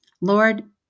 Lord